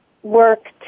work